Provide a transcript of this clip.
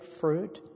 fruit